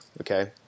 okay